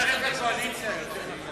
תאחל לו שיצטרף לקואליציה, יותר נכון.